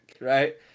right